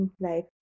life